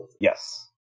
yes